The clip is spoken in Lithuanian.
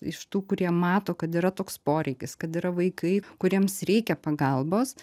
iš tų kurie mato kad yra toks poreikis kad yra vaikai kuriems reikia pagalbos